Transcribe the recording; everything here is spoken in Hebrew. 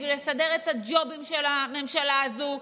בשביל לסדר את הג'ובים של הממשלה הזאת,